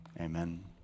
Amen